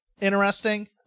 interesting